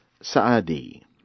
Saadi